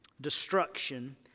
destruction